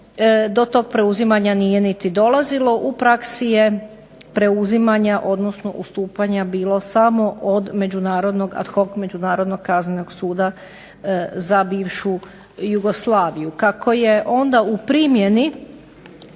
do toga preuzimanja nije niti dolazilo, u praksi je preuzimanja odnosno ustupanja bilo samo od međunarodnog kaznenog suda za bivšu Jugoslaviju. Kako je onda u primjeni